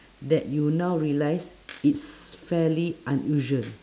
that you now realise it's fairly unusual